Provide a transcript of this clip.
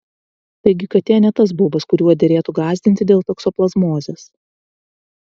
taigi katė ne tas baubas kuriuo derėtų gąsdinti dėl toksoplazmozės